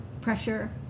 pressure